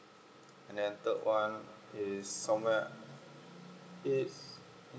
and then third one is somewhere east